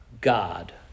God